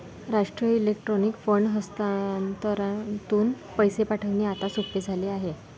राष्ट्रीय electronic fund हस्तांतरणातून पैसे पाठविणे आता सोपे झाले आहे